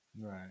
Right